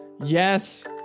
yes